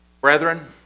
Brethren